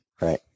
Right